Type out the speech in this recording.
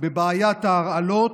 בבעיית ההרעלות,